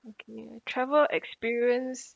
okay travel experience